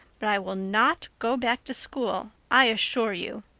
but i will not go back to school, i assure you.